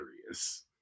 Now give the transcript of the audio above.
hilarious